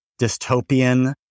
dystopian